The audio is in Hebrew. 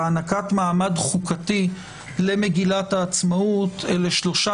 והענקת מעמד חוקתי למגילת העצמאות אלה שלושה